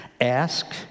ask